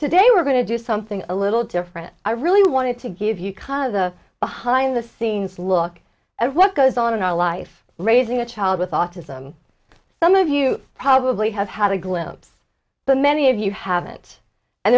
today we're going to do something a little different i really wanted to give you kind of a behind the scenes look at what goes on in our life raising a child with autism some of you probably have had a glimpse the many of you haven't and